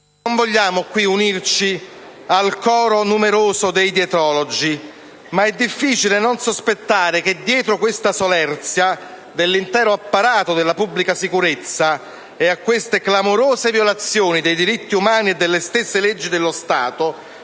Non vogliamo unirci al coro numeroso dei dietrologi, ma è difficile non sospettare che dietro questa solerzia dell'intero apparato della pubblica sicurezza e a queste clamorose violazioni dei diritti umani e delle stesse leggi dello Stato